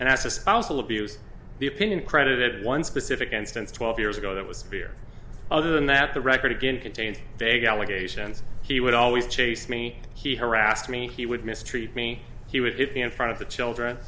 and that's the opinion credit one specific instance twelve years ago that was fear other than that the record again contains vague allegations he would always chase me he harassed me he would mistreat me he would hit me in front of the children